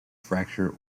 fracture